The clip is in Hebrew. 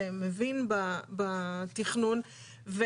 שמבין בתכנון.